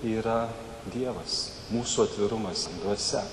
yra dievas mūsų atvirumas dvasia